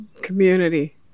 community